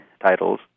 titles